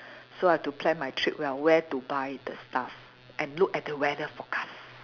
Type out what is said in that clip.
so I have to plan my trip well where to buy the stuff and look at the weather forecast